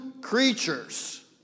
creatures